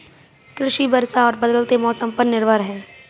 कृषि वर्षा और बदलते मौसम पर निर्भर है